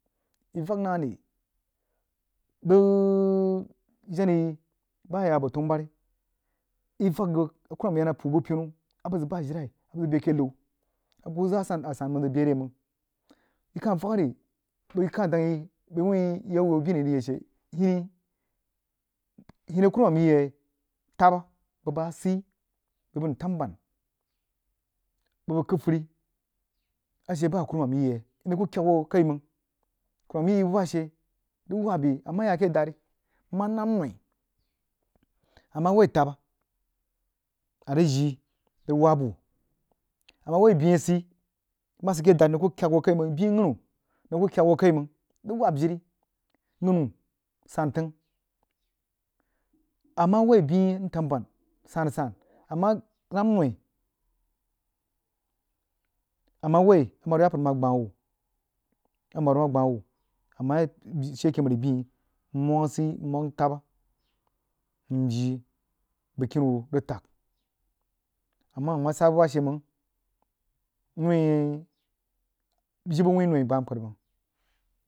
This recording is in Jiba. Yí vak neh ri bəg jenah yi bah yi bph tanubari yo vak bəg a kurumam puuh bəg pinu ri a bəg zəg bah ajilai a bəg zəg bəi akeh liu a bəg kuh zəg asan mang zəg bəi re mang yi kah vak rí bəi whun yau yau bini, a yi rig yag she hini, hini a kuruman yi yeh tabb bəg bəg zsəi bəg bəg ntanban bəg bəg kəhfəri a she bah a kuruman yi yeh nəng kuh kyak hoo kai mang kuruman yi yi buba she rig waab yi a mah yalake dahd nmah nahm noi a mah ulou tabba a rig jii rig waab wuh a mah woi nah hun asəi mah sid ake dahd nəng kuh kyak hoo kai mang rig waab jini ghanu santəng a mah woi bəa antanban san-asan a mah naam noi a meh woi amary zəpər mah gbah wuh amaru mah gbah wuh a mah ya she ke məri byi ri nwang asəi nwang tabba njii bəjkini wuh rig tag a mah a rig sah buk bah she meng uhin jibə wuin noi gbah npər mang.